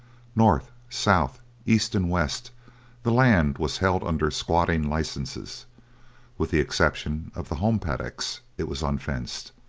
north, south, east, and west the land was held under squatting licenses with the exception of the home paddocks it was unfenced,